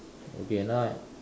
okay now I